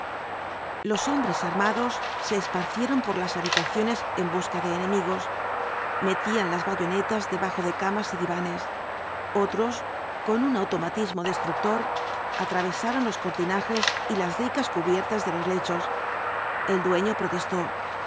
los hombres armados se esparcieron por las habitaciones en busca de enemigos metían las bayonetas debajo de camas y divanes otros con un automatismo destructor atravesaron los cortinajes y las ricas cubiertas de los lechos el dueño protestó